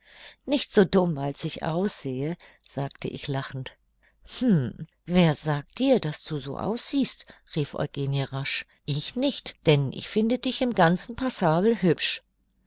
nicht so dumm als ich aussehe sagte ich lachend hm wer sagt dir daß du so aussiehst rief eugenie rasch ich nicht denn ich finde dich im ganzen passabel hübsch